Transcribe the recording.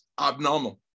abnormal